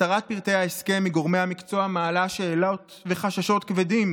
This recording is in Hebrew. הסתרת פרטי ההסכם מגורמי המקצוע מעלה שאלות וחששות כבדים